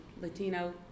Latino